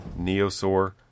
Neosaur